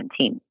2017